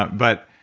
but